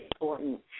important